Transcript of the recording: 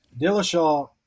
Dillashaw